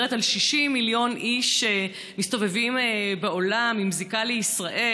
על 60 מיליון איש שמסתובבים בעולם עם זיקה לישראל.